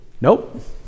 Nope